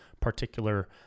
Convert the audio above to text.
particular